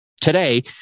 today